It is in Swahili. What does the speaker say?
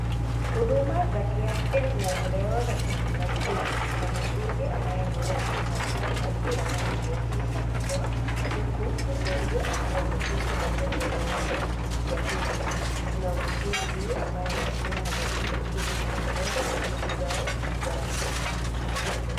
Huduma za kiafya zinatolewa katika hospitali hii, tuna muuguzi, ambaye ameweza kuvalia shati ya rangi nyeupe, na barakoa, huku mgonjwa akiwa ameketi katika sehemu yake ya pili, tuna muuguzi huyu ambaye anatumia harubini, ili kutekeleza shuguli zao za siku.